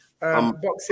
Boxing